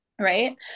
right